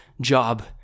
job